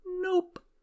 nope